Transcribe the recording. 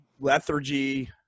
lethargy